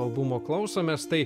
albumo klausomės tai